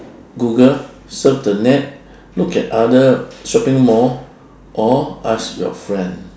google surf the net look at other shopping mall or ask your friend